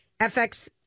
FX